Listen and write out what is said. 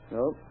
Nope